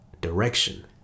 direction